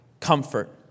comfort